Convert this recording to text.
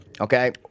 okay